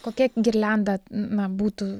kokia girlianda na būtų